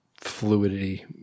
fluidity